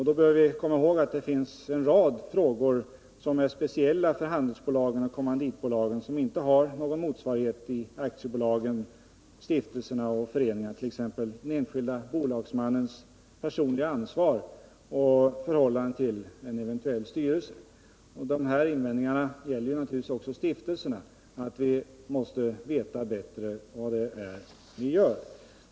Vi bör också komma ihåg att det finns en rad frågor som är speciella för handelsbolagen och kommanditbolagen och som alltså inte har någon motsvarighet i aktiebolagen, stiftelserna och föreningarna, t.ex. den enskilde bolagsmannens personliga ansvar i förhållande till en eventuell styrelse. Dessa invändningar gäller naturligtvis också stiftelserna. Vi måste veta bätte om vad vi gör innan vi agerar.